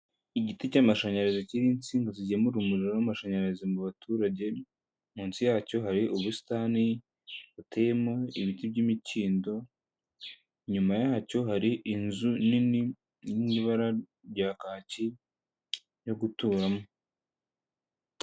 Igiti cy'amashanyarazi kirimo insinga zigemura umuriro w'amashanyarazi mu baturage munsi yacyo hari ubusitani buteyemo ibiti by'imikindo inyuma yacyo hari inzu nini muibara rya kaki yo guturamo.